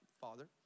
Father